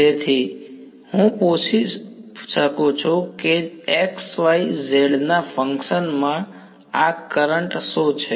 તેથી હું પૂછી શકું છું કે x y z ના ફંક્શન માં આ કરંટ શું છે